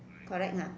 correct ah